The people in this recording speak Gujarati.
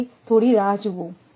હવે થોડી રાહ જુઓ